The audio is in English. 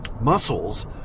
muscles